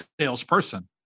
salesperson